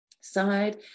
side